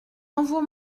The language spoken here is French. envoie